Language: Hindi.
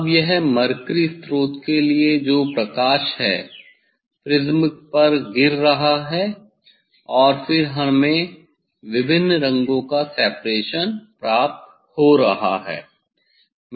अब यह मरकरी स्रोत के लिए जो प्रकाश है प्रिज्म पर गिर रहा है और फिर हमें विभिन्न रंगों का सेपरेशन प्राप्त हो रहा है